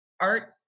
Art